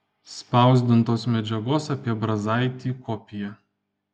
spausdintos medžiagos apie brazaitį kopija